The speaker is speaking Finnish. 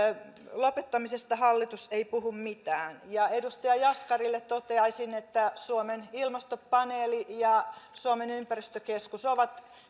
lopettamisesta hallitus ei puhu mitään edustaja jaskarille toteaisin että suomen ilmastopaneeli ja suomen ympäristökeskus ovat